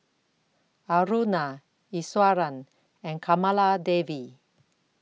Aruna Iswaran and Kamaladevi